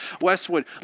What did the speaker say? Westwood